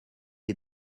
est